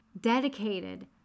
dedicated